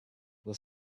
was